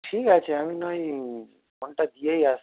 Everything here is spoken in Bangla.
ঠিক আছে আমি নাহয় ফোনটা দিয়েই আসছি